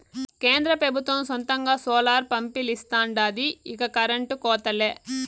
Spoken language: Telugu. కేంద్ర పెబుత్వం సొంతంగా సోలార్ పంపిలిస్తాండాది ఇక కరెంటు కోతలే